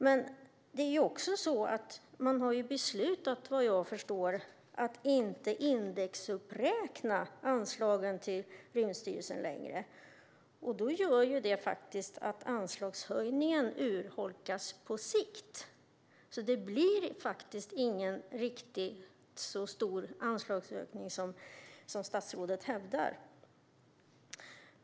Men vad jag förstår har man beslutat att inte längre indexuppräkna anslagen till Rymdstyrelsen. Det gör att anslagshöjningen på sikt urholkas. Anslagsökningen blir därför inte riktigt så stor som statsrådet hävdar.